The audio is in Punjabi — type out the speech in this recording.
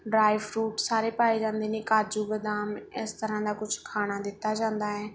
ਡਰਾਈ ਫਰੂਟ ਸਾਰੇ ਪਾਏ ਜਾਂਦੇ ਨੇ ਕਾਜੂ ਬਦਾਮ ਇਸ ਤਰ੍ਹਾਂ ਦਾ ਕੁਛ ਖਾਣਾ ਦਿੱਤਾ ਜਾਂਦਾ ਹੈ